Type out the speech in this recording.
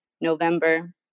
November